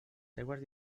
seues